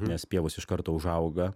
nes pievos iš karto užauga